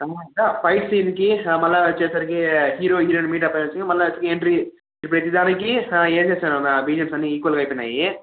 fight సీన్కి మళ్ళీ వచ్చేసరికి హీరో హీరోయిన్ మీటప్ మళ్ళ ఎంట్రీ ప్రతిదానికి ఏం చేస్తన్నాను బిజిఎమ్స్ అన్ని ఈక్వల్గా అయిపోయినాయి